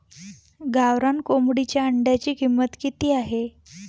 गावरान कोंबडीच्या अंड्याची किंमत किती आहे?